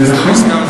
זה נכון.